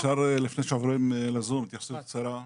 אם אפשר, התייחסות קצרה.